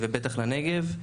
ובטח לנגב.